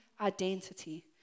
identity